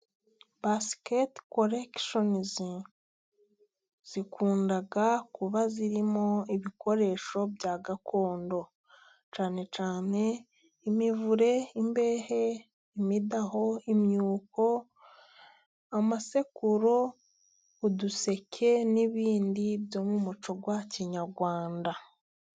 Basiketi koregishenizi，zikunda kuba zirimo ibikoresho bya gakondo，cyane cyane，imivure， imbehe， imidaho， imyuko， amasekuru，uduseke n'ibindi byo mu muco wa kinyarwanda.